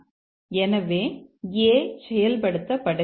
எனவே A செயல்படுத்தப்படுகிறது